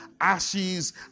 ashes